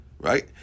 right